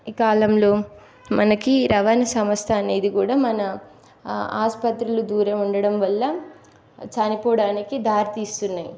ఈ కాలంలో మనకి రవాణా సంస్థ అనేది కూడా మన ఆసుపత్రులు దూరం ఉండడం వల్ల చనిపోవడానికి దారి తీస్తున్నాయి